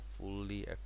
fully